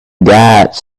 guides